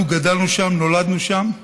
אנחנו גדלנו שם, נולדנו שם,